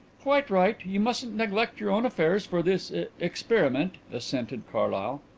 quite right you mustn't neglect your own affairs for this experiment, assented carlyle.